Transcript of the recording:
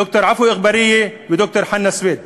ד"ר עפו אגבאריה וד"ר חנא סוייד